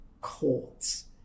courts